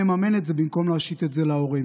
נממן את זה במקום להשית את זה על ההורים.